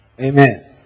amen